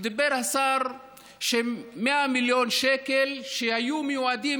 אמר השר ש-100 מיליון שקל שהיו מיועדים